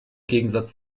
gegensatz